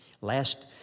Last